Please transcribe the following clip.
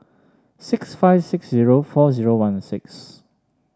six five six zero four zero one six